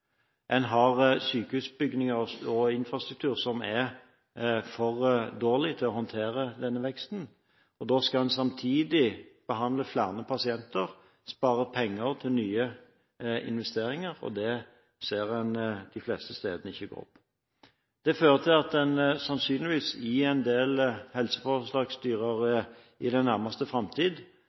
man har sykehusbygninger og infrastruktur som er for dårlig til å kunne håndtere denne veksten, og samtidig skal man behandle flere pasienter og spare penger til nye investeringer. Det ser man de fleste steder at ikke går opp. Det fører til at man – sannsynligvis – i en del helseforetaksstyrer i nærmeste framtid